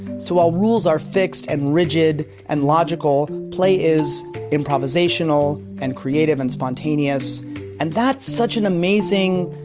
so while rules are fixed and rigid and logical, play is improvisational and creative and spontaneous and that's such an amazing,